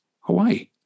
Hawaii